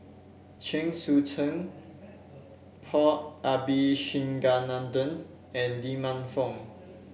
Chen Sucheng Paul Abisheganaden and Lee Man Fong